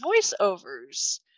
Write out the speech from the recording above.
voiceovers